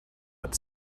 but